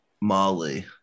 Molly